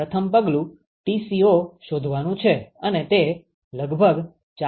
પ્રથમ પગલું Tco શોધવાનું છે અને તે લગભગ 40